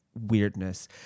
weirdness